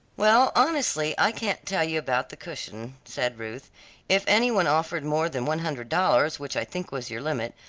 well, honestly, i can't tell you about the cushion, said ruth if any one offered more than one hundred dollars, which i think was your limit,